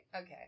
okay